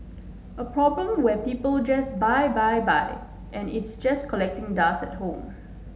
a problem where people just buy buy buy and it's just collecting dust at home